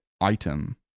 item